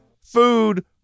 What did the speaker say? food